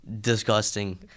Disgusting